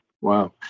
Wow